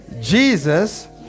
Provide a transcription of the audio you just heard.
Jesus